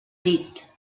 llit